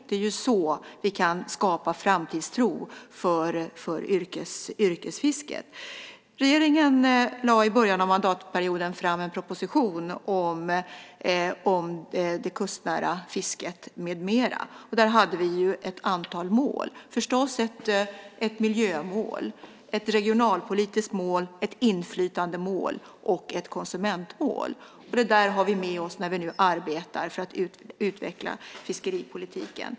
Det är så vi kan skapa framtidstro för yrkesfisket. Regeringen lade i början av mandatperioden fram en proposition om det kustnära fisket med mera. Där hade vi ett antal mål. Det var förstås ett miljömål, ett regionalpolitiskt mål, ett inflytandemål och ett konsumentmål. Det har vi med oss när vi nu arbetar för att utveckla fiskeripolitiken.